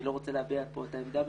בינתיים אני לא רוצה להביע כאן את העמדה.